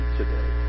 today